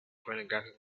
pornographic